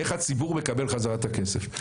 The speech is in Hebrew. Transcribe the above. איך הציבור מקבל חזרה את הכסף.